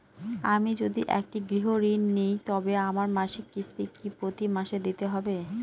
আমি যদি একটি গৃহঋণ নিই তবে আমার মাসিক কিস্তি কি প্রতি মাসে দিতে হবে?